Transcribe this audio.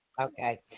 Okay